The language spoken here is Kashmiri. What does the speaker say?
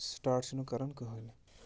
سِٹاٹ چھِنہٕ کَران کٕہۭنۍ نہِ